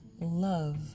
love